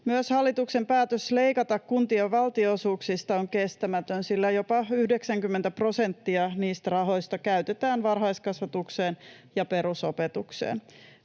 Myös hallituksen päätös leikata kuntien valtionosuuksista on kestämätön, sillä jopa 90 prosenttia niistä rahoista käytetään varhaiskasvatukseen ja perusopetukseen.